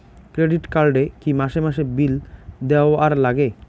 Credit card এ কি মাসে মাসে বিল দেওয়ার লাগে?